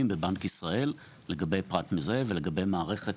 בבנק ישראל לגבי פרט מזהה ולגבי מערכת,